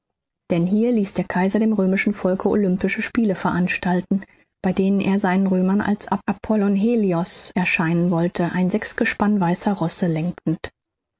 denn hier ließ der kaiser dem römischen volke olympische spiele veranstalten bei denen er seinen römern als apollon helios erscheinen wollte ein sechsgespann weißer rosse lenkend